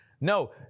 No